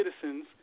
citizens